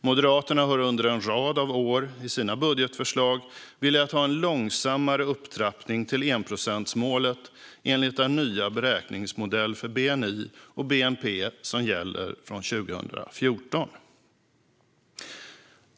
Moderaterna har under en rad av år i sina budgetförslag velat ha en långsammare upptrappning till enprocentsmålet enligt den nya beräkningsmodell för bni och bnp som gäller från 2014.